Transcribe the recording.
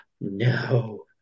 no